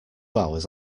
hours